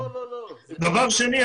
דבר שני.